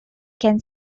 can